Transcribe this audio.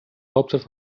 hauptstadt